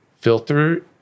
filter